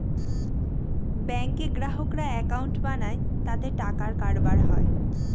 ব্যাঙ্কে গ্রাহকরা একাউন্ট বানায় তাতে টাকার কারবার হয়